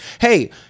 Hey